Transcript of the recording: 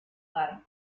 bar